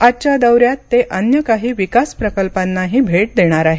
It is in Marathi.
आजच्या दौऱ्यात ते अन्य काही विकास प्रकल्पांनाही भेट देणार आहेत